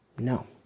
No